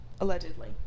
Allegedly